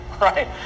right